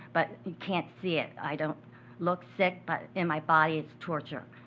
but you can't see it. i don't look sick, but in my body, it's torture.